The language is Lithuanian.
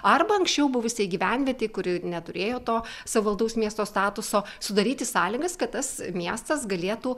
arba anksčiau buvusioj gyvenvietėj kuri neturėjo to savaldaus miesto statuso sudaryti sąlygas kad tas miestas galėtų